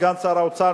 סגן שר האוצר,